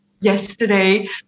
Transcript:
yesterday